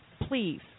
Please